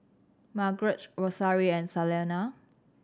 Margarett Rosario and Salena